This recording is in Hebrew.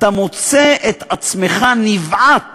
אתה מוצא את עצמך נבעט